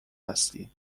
هستی